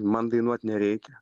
man dainuot nereikia